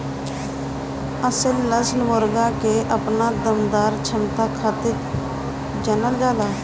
असील नस्ल के मुर्गा अपना दमदार क्षमता खातिर जानल जाला